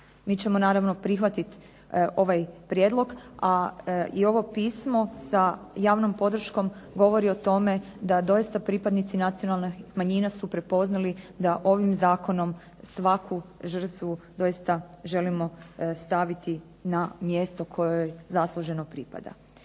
Mi ćemo prihvatiti ovaj prijedlog i ovo pismo sa javnom podrškom govori o tome da doista pripadnici nacionalnih manjina su prepoznali da ovim zakonom svaku žrtvu zaista želimo staviti na mjesto koje joj zasluženo pripada.